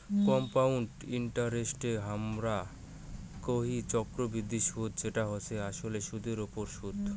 compound ইন্টারেস্টকে হামরা কোহি চক্রবৃদ্ধি সুদ যেটা হসে আসলে সুদের ওপর সুদ